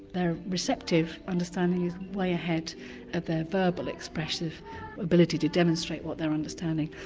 their receptive understanding is way ahead of their verbal expressive ability to demonstrate what they're understanding.